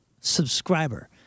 subscriber